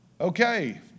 Okay